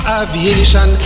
aviation